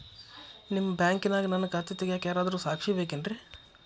ನಿಮ್ಮ ಬ್ಯಾಂಕಿನ್ಯಾಗ ನನ್ನ ಖಾತೆ ತೆಗೆಯಾಕ್ ಯಾರಾದ್ರೂ ಸಾಕ್ಷಿ ಬೇಕೇನ್ರಿ?